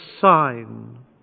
sign